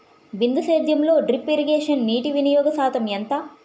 బిందు సేద్యంలో drip irrigation నీటివినియోగ శాతం ఎంత?